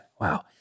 wow